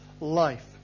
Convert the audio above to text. life